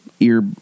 Ear